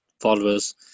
followers